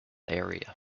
area